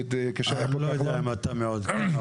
אני לא יודע אם אתה מעודכן,